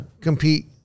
compete